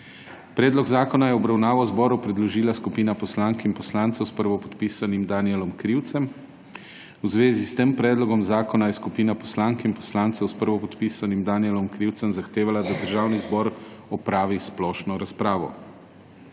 Predlog zakona je v obravnavo zboru predložila skupina poslank in poslancem s prvopodpisanem Danijelom Krivcem. V zvezi s tem predlogom zakona je skupina poslank in poslancev s prvopodpisanim Danijelom Krivcem zahtevala, da Državni zbor opravi splošno razpravo.